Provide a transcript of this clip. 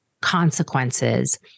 consequences